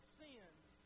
sins